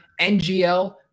NGL